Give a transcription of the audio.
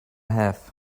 have